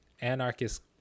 anarchist